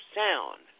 sound